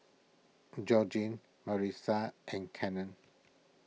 Georgine Marisa and Cannon